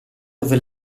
dove